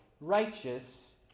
righteous